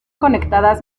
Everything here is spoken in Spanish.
conectadas